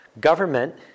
government